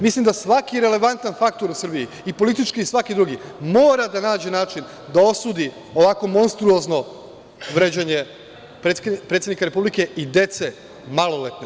Mislim da svaki relevantan faktor u Srbiji i politički i svaki drugi mora da nađe način da osudi ovako monstruozno vređanje predsednika Republike i dece maloletne.